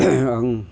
आं